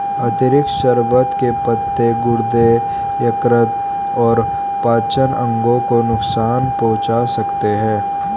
अतिरिक्त शर्बत के पत्ते गुर्दे, यकृत और पाचन अंगों को नुकसान पहुंचा सकते हैं